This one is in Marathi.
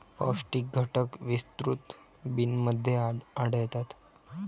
पौष्टिक घटक विस्तृत बिनमध्ये आढळतात